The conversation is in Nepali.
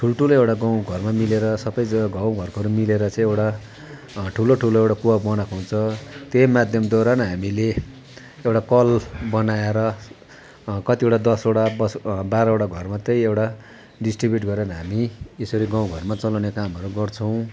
ठुलठुलो एउडा गाउँघरमा मिलेर सबैजना गाउँघरकोहरू मिलेर चाहिँ एउटा ठुलो ठुलो एउटा कुवा एउटा बनाएको हुन्छ त्यही माध्यमद्वारा नै हामीले एउटा कल बनाएर कतिवटा दसवटा दस बाह्रवटा घर मात्रै एउटा डिस्ट्रिब्युट गरेर हामी यसरी गाउँघरमा चलाउने कामहरू गर्छौँ